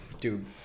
Dude